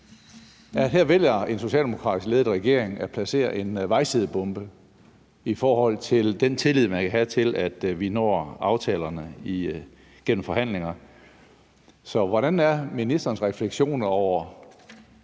Her vælger en socialdemokratisk ledet regering at placere en vejsidebombe i forhold til den tillid, man kan have til, at vi når frem til aftalerne igennem forhandlinger. Så hvordan er ministerens refleksioner over,